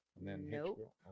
Nope